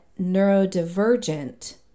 neurodivergent